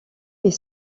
est